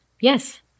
yes